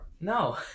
No